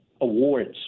awards